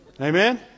Amen